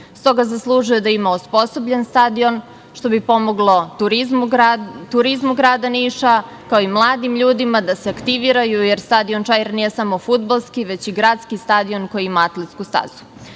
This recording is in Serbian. S toga zaslužuje da ima osposobljen stadion što bi pomoglo turizmu grada Niša, kao i mladim ljudima da se aktiviraju, jer stadion „Čair“ nije samo fudbalski, već i gradski stadion, koji ima atletsku